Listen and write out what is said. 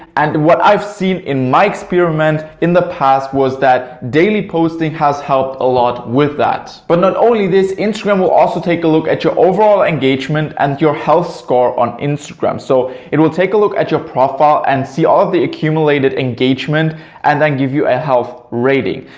and what i've seen in my experiment in the past was that daily posting has helped a lot with that. but not only this, instagram will also take a look at your overall engagement and your health score on instagram. so it will take a look at your profile and see all of the accumulated engagement and then give you a health rating.